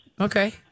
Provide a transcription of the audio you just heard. Okay